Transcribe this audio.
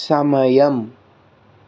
సమయం